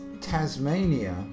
Tasmania